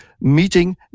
meeting